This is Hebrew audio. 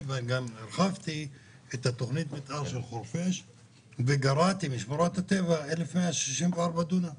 - גם הרחבתי את תכנית המתאר של חורפיש וגרעתי משמורת הטבע 1,164 דונם,